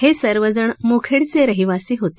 हे सर्व जण म्खेडचे रहिवासी होते